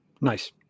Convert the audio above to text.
Nice